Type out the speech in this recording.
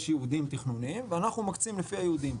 יש ייעודם תכנוניים ואנחנו מקצים לפי הייעודים.